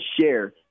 share